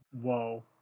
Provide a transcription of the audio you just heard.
Whoa